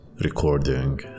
recording